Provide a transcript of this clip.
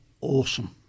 awesome